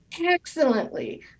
excellently